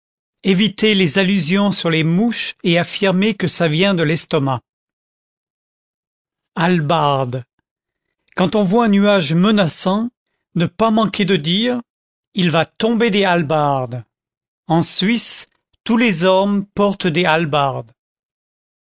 eviter les allusions sur les mouches et affirmer que ça vient de l'estomac hallebarde quand on voit un nuage menaçant na pas manquer de dire il va tomber des hallebardes en suisse tous les hommes portent des